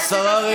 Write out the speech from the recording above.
איזה שקר.